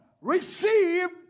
received